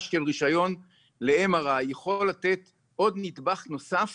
של רישיון ל-MRI יכול לתת עוד נדבך נוסף